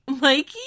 Mikey